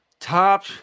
top